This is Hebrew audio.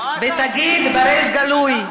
ותגיד בריש גלי: